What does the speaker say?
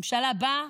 ממשלה באה,